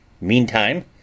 Meantime